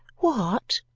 what?